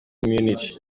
munich